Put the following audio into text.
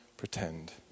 Pretend